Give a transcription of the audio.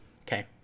Okay